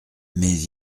mais